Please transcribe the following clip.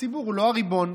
הציבור הוא לא הריבון.